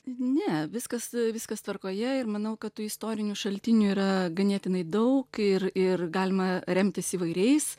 ne viskas viskas tvarkoje ir manau kad tų istorinių šaltinių yra ganėtinai daug ir ir galima remtis įvairiais